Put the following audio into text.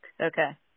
Okay